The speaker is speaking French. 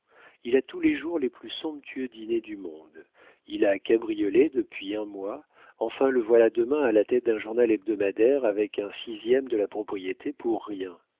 il a tous les jours les plus somptueux dîners du monde il a cabriolet depuis un mois enfin le voilà demain à la tête d'un journal hebdomadaire avec un sixième de la propriété pour rien